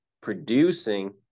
producing